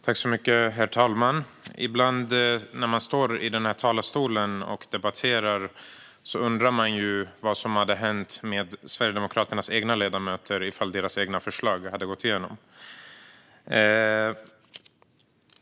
Herr talman! Ibland när man debatterar här i talarstolen undrar man vad som hade hänt med Sverigedemokraternas ledamöter om deras egna förslag hade gått igenom.